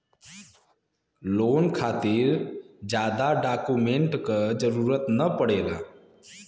loan खातिर जादा document क जरुरत न पड़ेला